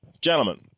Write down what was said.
gentlemen